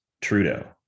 trudeau